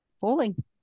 falling